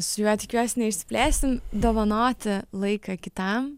su juo tikiuosi neišsiplėsim dovanoti laiką kitam